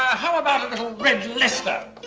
ah how about a little red leicester?